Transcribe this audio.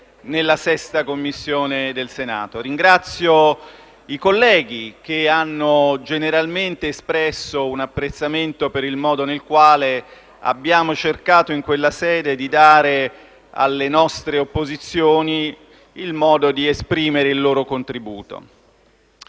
in 6a Commissione al Senato. Ringrazio i colleghi che hanno generalmente espresso un apprezzamento per il modo con cui abbiamo cercato in quella sede di dare alle nostre opposizioni la possibilità di esprimere il loro contributo.